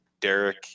Derek